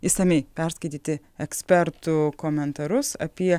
išsamiai perskaityti ekspertų komentarus apie